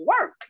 work